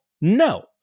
No